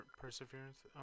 perseverance